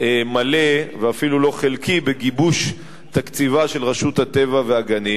מלא ואפילו לא חלקי בגיבוש תקציבה של רשות הטבע והגנים.